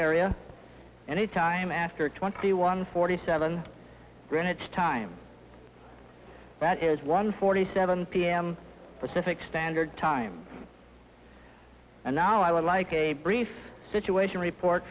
area anytime after twenty one forty seven minutes time that is one forty seven p m pacific standard time and now i would like a brief situation report